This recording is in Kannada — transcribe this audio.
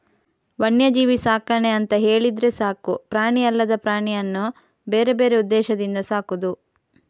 ವನ್ಯಜೀವಿ ಸಾಕಣೆ ಅಂತ ಹೇಳಿದ್ರೆ ಸಾಕು ಪ್ರಾಣಿ ಅಲ್ಲದ ಪ್ರಾಣಿಯನ್ನ ಬೇರೆ ಬೇರೆ ಉದ್ದೇಶದಿಂದ ಸಾಕುದು